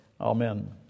Amen